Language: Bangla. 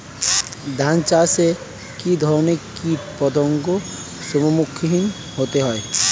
ধান চাষে কী ধরনের কীট পতঙ্গের সম্মুখীন হতে হয়?